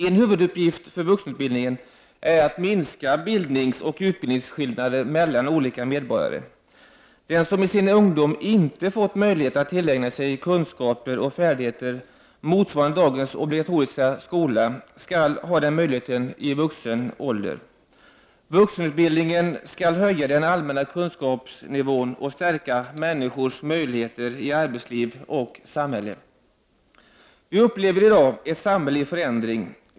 En huvuduppgift för vuxenutbildningen är att minska bildningsoch utbildningsskillnader mellan olika medborgare. Den som i sin ungdom inte fått 107 möjlighet att tillägna sig kunskaper och färdigheter motsvarande dagens obligatoriska skola skall ha den möjligheten i vuxen ålder. Vuxenutbildningen skall höja den allmänna kunskapsnivån och stärka människors möjligheter i arbetsliv och samhälle. Vi upplever i dag ett samhälle i förändring.